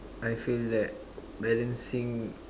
I feel that balancing